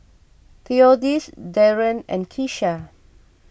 theodis Daron and Keesha